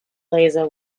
laser